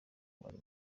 wari